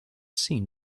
seen